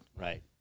Right